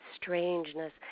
strangeness